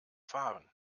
fahren